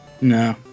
No